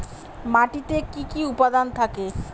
মাটিতে কি কি উপাদান থাকে?